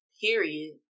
period